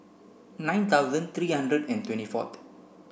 nine thousand three hundred and twenty fourth